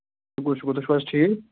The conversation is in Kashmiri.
شُکُر شُکُر تُہۍ چھُو حظ ٹھیٖک